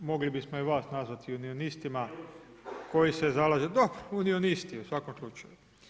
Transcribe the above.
Mogli bismo i vas nazvati unionistima koji se zalažu …... [[Upadica se ne čuje.]] Dobro, unionisti u svakom slučaju.